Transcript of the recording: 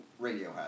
Radiohead